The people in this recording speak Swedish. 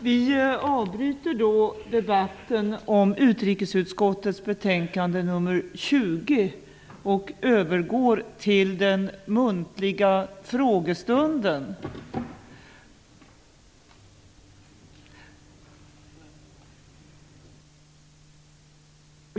Vi avbryter då debatten om utrikesutskottets betänkande 20 och övergår till den muntliga frågestunden.